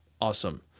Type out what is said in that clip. awesome